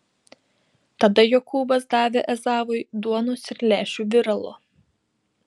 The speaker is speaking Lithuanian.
tada jokūbas davė ezavui duonos ir lęšių viralo